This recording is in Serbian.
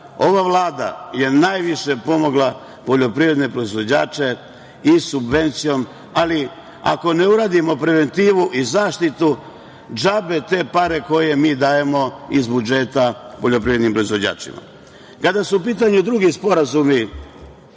ova Vlada je najviše pomogla poljoprivredne proizvođače i subvencijom, ali ako ne uradimo preventivu i zaštitu, džabe te pare koje mi dajemo iz budžeta poljoprivrednim proizvođačima. Kada su u pitanju drugi sporazumi